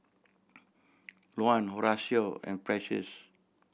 Luann Horacio and Precious